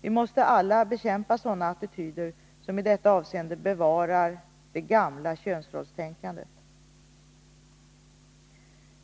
Vi måste alla bekämpa sådana attityder som i detta avseende bevarar det gamla könsrollstänkandet.